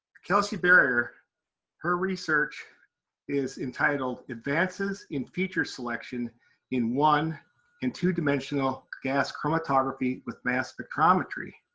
kelsey berrier her research is entitled advances in feature selection in one and two dimensional gas chromatography with mass spectrometry.